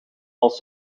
als